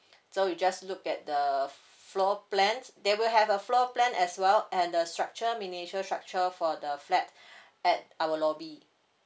so you just look at the floor plans they will have a floor plan as well and the structure miniature structure for the flat at our lobby